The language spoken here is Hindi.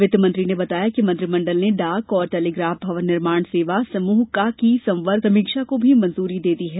वित्तमंत्री ने बताया कि मंत्रिमंडल ने डाक और टेलीग्राफ भवन निर्माण सेवा समूह क की संवर्ग समीक्षा को भी मंजूरी दे दी है